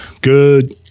good